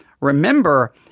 remember